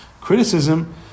criticism